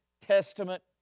Testament